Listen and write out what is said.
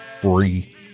free